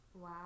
Wow